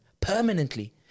permanently